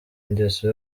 ngeso